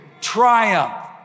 triumph